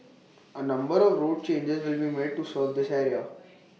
A number of road changes will be made to serve this area